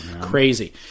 Crazy